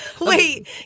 Wait